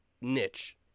niche